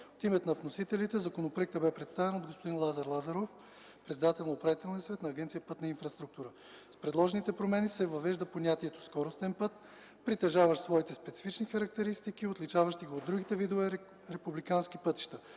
От името на вносителите законопроекта бе представен от господин Лазар Лазаров – председател на Управителния съвет на Агенция „Пътна инфраструктура”. С предложените промени се въвежда понятието “скоростен път”, притежаващ своите специфични характеристики, отличаващи го от другите видове републикански пътища.